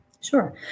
Sure